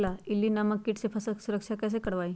इल्ली नामक किट से फसल के सुरक्षा कैसे करवाईं?